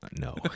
No